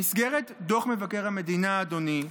במסגרת דוח מבקר המדינה, אדוני,